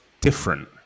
different